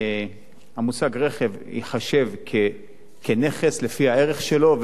המושג "רכב" ייחשב לנכס לפי הערך שלו,